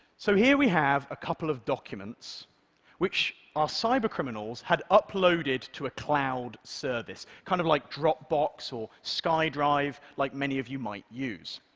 so here we have a couple of documents which our cybercriminals had uploaded to a cloud service, kind of like dropbox or skydrive, like many of you might use.